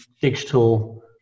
digital